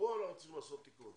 כאן אנחנו צריכים לעשות תיקון.